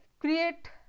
create